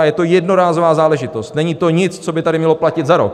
Je to jednorázová záležitost, není to nic, co by tady mělo platit za rok.